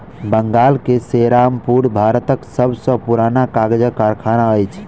बंगाल के सेरामपुर भारतक सब सॅ पुरान कागजक कारखाना अछि